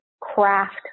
craft